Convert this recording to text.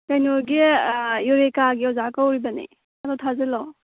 ꯀꯩꯅꯣꯒꯤ ꯌꯨꯔꯦꯀꯥꯒꯤ ꯑꯣꯖꯥ ꯀꯧꯔꯤꯕꯅꯦ ꯑꯗꯨ ꯊꯥꯖꯤꯜꯂꯣ